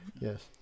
Yes